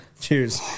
cheers